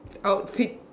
outfit